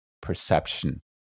perception